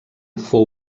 fou